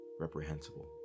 reprehensible